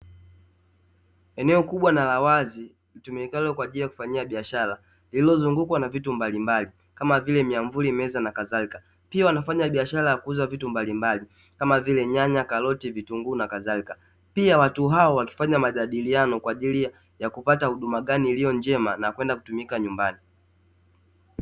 Eneo kubwa na la wazi, litumikalo kwajili ya kufanyia biashara lililozungukwa na vitu mbalimbali, kama vile miamvuli, meza nakadhalika. Pia wana wanafanya biashara ya kuuza vitu mbalimbali, kama vile nyanya, karoti, vitunguu nakadhalika, pia watu hao wakifanya majadiliano kwa ajili ya kupata huduma gani iliyo njema, na kwenda kutumika nyumbani.